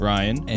Ryan